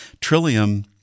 Trillium